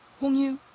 hong yoo,